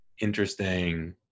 interesting